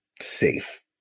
safe